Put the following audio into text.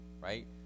right